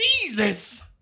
Jesus